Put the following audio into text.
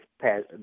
past